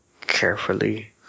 Carefully